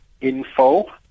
info